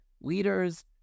leaders